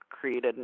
created